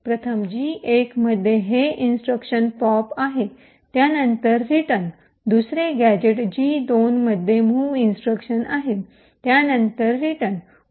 प्रथम gadget G 1 मध्ये हे इंस्ट्रक्शन पॉप आहे त्यानंतर रिटर्न दुसरे गॅझेट जी 2 मध्ये मूव्ह इन्स्ट्रक्शन आहे त्यानंतर रिटर्न आहे